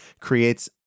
creates